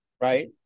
Right